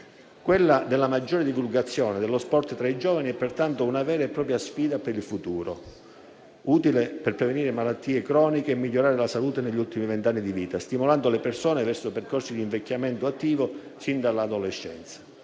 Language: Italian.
Quella della maggiore divulgazione dello sport tra i giovani è pertanto una vera e propria sfida per il futuro, utile per prevenire malattie croniche e migliorare la salute negli ultimi vent'anni di vita, stimolando le persone verso percorsi di invecchiamento attivo sin dall'adolescenza.